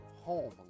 home